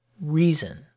reason